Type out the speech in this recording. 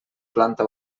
planta